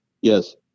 Yes